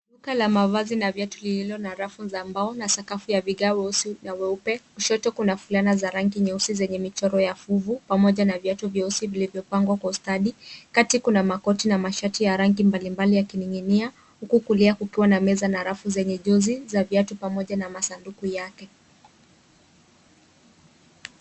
Duka la mavazi na viatu lililo na rafu za mbao na sakafu ya vigae weusi na weupe. Kushoto kuna fulana za rangi nyeusi zenye michoro ya fuvu pamoja na viatu vyeusi vilivyopangwa kwa ustadi. Kati kuna makoti na mashati ya rangi mbalimbali yakiing'inia huku kulia kukiwa na meza na rafu zenye jozi za viatu pamoja na masanduku yake.